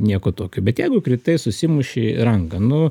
nieko tokio bet jeigu kritai susimušei ranką nu